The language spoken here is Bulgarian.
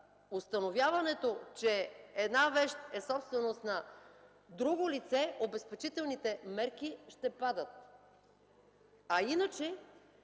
установяването, че една вещ е собственост на друго лице, обезпечителните мерки ще падат. А иначе